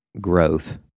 growth